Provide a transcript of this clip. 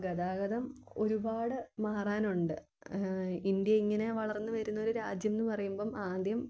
അപ്പം ഗതാഗതം ഒരുപാട് മാറാനുണ്ട് ഇന്ത്യ ഇങ്ങനെ വളർന്നു വരുന്ന ഒരു രാജ്യം എന്ന് പറയുമ്പം ആദ്യം